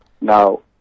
Now